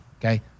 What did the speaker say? Okay